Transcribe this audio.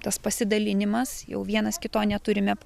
tas pasidalinimas jau vienas kito neturime